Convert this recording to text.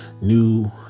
New